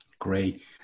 Great